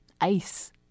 ice